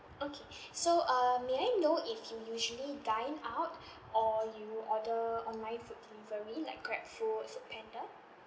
okay so um may I know if you usually dine out or you order online food delivery like grabfood foodpanda